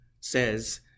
says